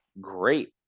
Great